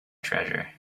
treasure